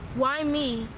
why me?